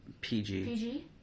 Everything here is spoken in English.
PG